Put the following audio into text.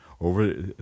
over